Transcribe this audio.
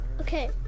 Okay